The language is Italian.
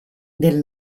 del